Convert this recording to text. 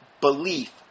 belief